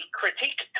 critique